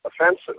offensive